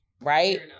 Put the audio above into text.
right